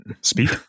speak